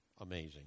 amazing